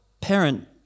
parent